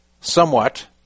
somewhat